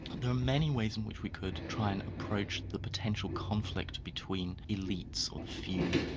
there are many ways in which we could try and approach the potential conflict between elites, or the few,